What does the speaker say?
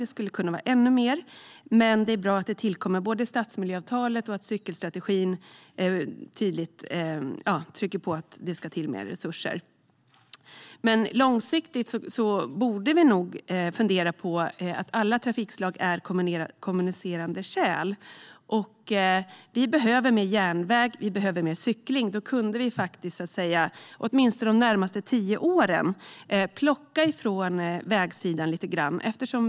Det skulle kunna vara ännu mer, men det är bra att både stadsmiljöavtalet och cykelstrategin tydligt trycker på att det ska till mer resurser. Långsiktigt borde vi nog fundera på att alla trafikslag är kommunicerande kärl. Vi behöver mer järnväg och mer cykling - då kunde vi, åtminstone de närmaste tio åren, plocka lite grann från vägsidan.